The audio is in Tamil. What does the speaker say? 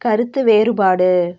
கருத்து வேறுபாடு